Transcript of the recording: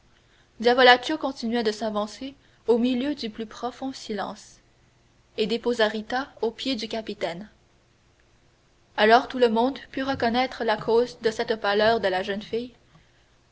diavolaccio continuait de s'avancer au milieu du plus profond silence et déposa rita aux pieds du capitaine alors tout le monde put reconnaître la cause de cette pâleur de la jeune fille